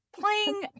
playing